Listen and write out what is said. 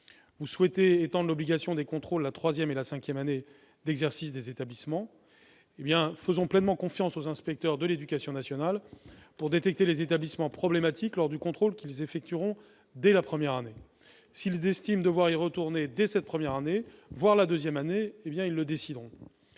qui souhaitent étendre l'obligation de contrôle aux troisième et cinquième années d'exercice des établissements. Faisons pleinement confiance aux inspecteurs de l'éducation nationale pour détecter les établissements problématiques lors du contrôle qu'ils effectueront dès la première année. S'ils estiment devoir y retourner dès la première année, voire la deuxième année, ils pourront